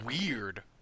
weird